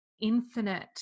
infinite